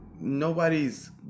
Nobody's